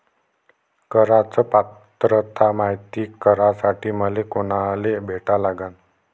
कराच पात्रता मायती करासाठी मले कोनाले भेटा लागन?